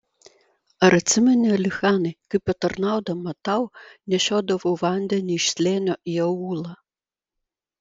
ar atsimeni alichanai kaip patarnaudama tau nešiodavau vandenį iš slėnio į aūlą